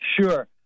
sure